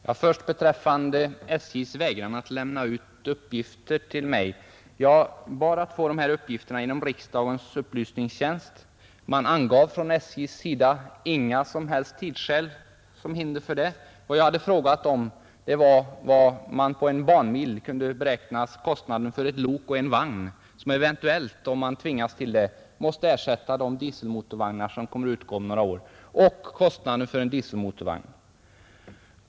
Fru talman! Beträffande SJ:s vägran att lämna ut uppgifter till mig vill jag nämna att jag bad att få vissa uppgifter genom riksdagens upplysningstjänst. Det angavs från SJ:s sida inga som helst tidsskäl som hinder för detta. Jag hade frågat efter en beräkning per banmil av kostnaden för ett lok och en vagn — som eventuellt måste ersätta de dieselmotorvagnar som kommer att utgå om några år — och av kostnaden för en dieselmotorvagn.